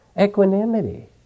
equanimity